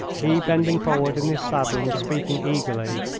he bending forward in his saddle and speaking eagerly,